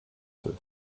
peu